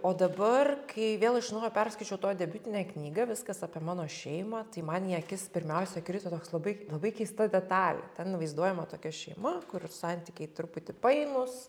o dabar kai vėl iš naujo perskaičiau tavo debiutinę knygą viskas apie mano šeimą tai man į akis pirmiausia krito toks labai labai keista detalė ten vaizduojama tokia šeima kur santykiai truputį painūs